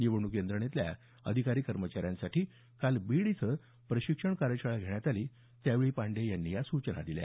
निवडणूक यंत्रणेतल्या अधिकारी कर्मचाऱ्यांसाठी काल बीड इथं प्रशिक्षण कार्यशाळा घेण्यात आली त्यावेळी पाण्डेय यांनी या सूचना दिल्या